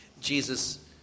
Jesus